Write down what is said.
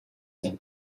and